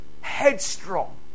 headstrong